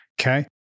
okay